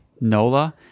Nola